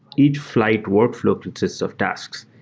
each flyte workfl ow consists of tasks.